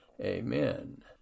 Amen